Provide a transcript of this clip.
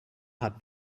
hat